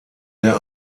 der